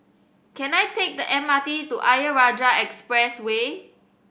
can I take the M R T to Ayer Rajah Expressway